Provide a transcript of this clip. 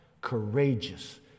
courageous